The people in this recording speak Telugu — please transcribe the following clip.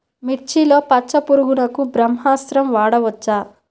మిర్చిలో పచ్చ పురుగునకు బ్రహ్మాస్త్రం వాడవచ్చా?